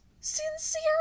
sincere